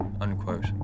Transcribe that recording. unquote